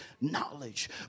knowledge